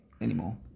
anymore